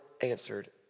answered